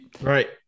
Right